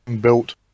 built